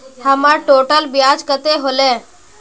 हमर टोटल ब्याज कते होले?